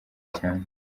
cyane